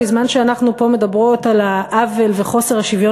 בזמן שאנחנו פה מדברות על העוול וחוסר השוויון